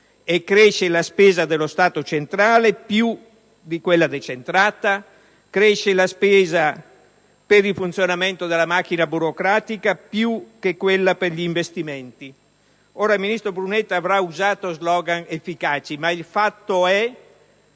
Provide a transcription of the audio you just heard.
E cresce la spesa dello Stato centrale, più di quella decentrata; cresce la spesa per il funzionamento della macchina burocratica, più che quella per gli investimenti. Il ministro Brunetta avrà usato slogan efficaci, ma il fatto è